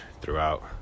throughout